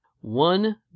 One